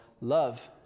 love